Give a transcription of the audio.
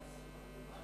חוק